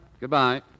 Goodbye